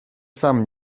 sam